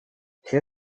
все